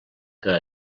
que